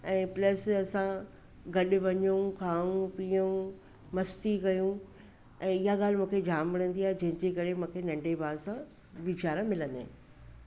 ऐं प्लस असां गॾु वञू खाऊं पीयूं मस्ती कयूं ऐं इहा ॻाल्हि मूंखे जाम वणंदी आहे जंहिंजे करे मूंखे नंढे भाउ सां वीचार मिलंदा आहिनि